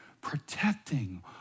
protecting